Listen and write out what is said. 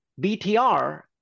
BTR